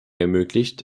ermöglicht